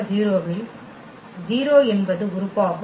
ல் 0 என்பது உறுப்பாகும்